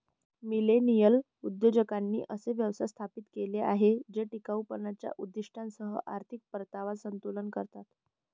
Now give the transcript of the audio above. millennial उद्योजकांनी असे व्यवसाय स्थापित केले जे टिकाऊपणाच्या उद्दीष्टांसह आर्थिक परतावा संतुलित करतात